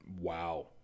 wow